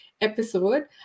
episode